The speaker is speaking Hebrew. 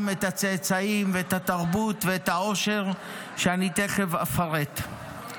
את הצאצאים ואת התרבות ואת העושר שאני תכף אפרט.